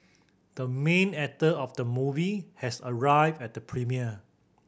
the main actor of the movie has arrived at the premiere